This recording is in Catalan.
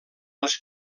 els